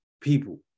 people